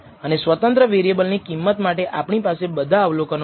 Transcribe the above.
અને સ્વતંત્ર વેરિએબલ ની કિંમત માટે આપણી પાસે બધા અવલોકનો છે